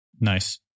Nice